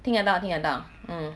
听得到听得到 mm